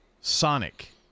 Sonic